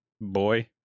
Boy